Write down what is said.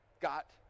got